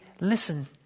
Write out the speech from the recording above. listen